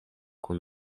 kun